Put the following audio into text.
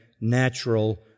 natural